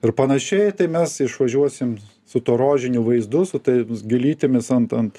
ir panašiai tai mes išvažiuosim su tuo rožiniu vaizdu su tais gėlytėmis ant ant